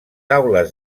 aules